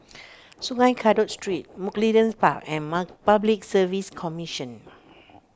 Sungei Kadut Street Mugliston Park and mark Public Service Commission